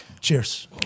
Cheers